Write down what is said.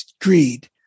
greed